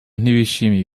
ntibishimiye